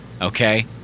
Okay